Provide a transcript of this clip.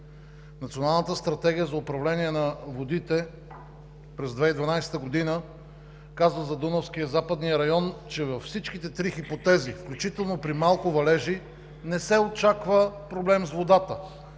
Националната стратегия за управление на водите през 2012 г. казва за Дунавския и Западния район, че във всичките три хипотези, включително при малко валежи, не се очаква проблем с водата.